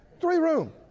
Three-room